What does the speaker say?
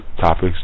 topics